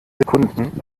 sekunden